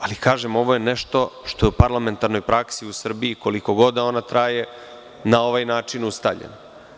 Ali, kažem, ovo je nešto što u parlamentarnoj praksi u Srbiji, koliko god da ona traje, na ovaj način ustaljeno.